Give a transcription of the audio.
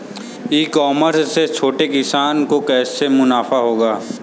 ई commerce से छोटे किसानों को कैसे मुनाफा होगा?